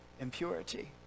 impurity